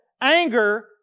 anger